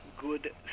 good